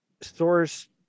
Source